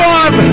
one